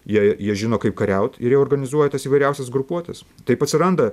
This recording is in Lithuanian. jie jie žino kaip kariaut ir jie organizuoja tas įvairiausias grupuotes taip atsiranda